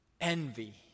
envy